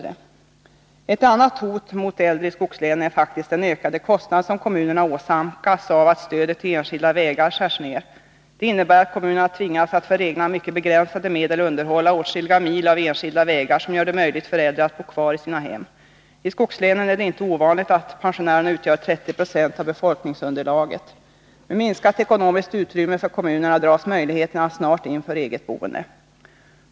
Ett annat hot mot de äldre i skogslänen är faktiskt den ökade kostnad som kommunerna åsamkas av att stödet till enskilda vägar skärs ned. Detta innebär att kommunerna tvingas att för egna mycket begränsade medel underhålla åtskilliga mil av enskilda vägar som gör det möjligt för äldre att bo kvar i sina hem. I skogslänen är det inte ovanligt att pensionärerna utgör 30 6 av befolkningsunderlaget. Med minskat ekonomiskt utrymme för kommunerna dras möjligheterna snart in för eget boende.